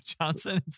Johnson